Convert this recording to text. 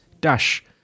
dash